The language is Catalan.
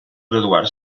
graduar